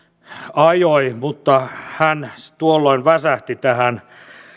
ajoi hän tuolloin väsähti tähän